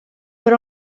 but